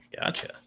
Gotcha